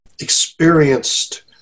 experienced